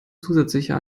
zusätzlicher